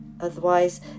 Otherwise